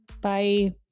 Bye